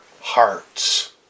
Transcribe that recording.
hearts